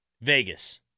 Vegas